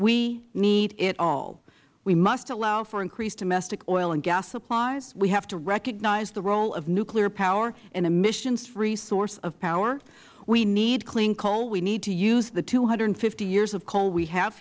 we need it all we must allow for increased domestic oil and gas supplies we have to recognize the role of nuclear power an emissions free source of power we need clean coal we need to use the two hundred and fifty years of coal we have